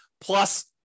plus